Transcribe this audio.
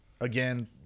again